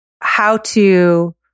how-to